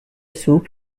soup